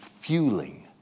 fueling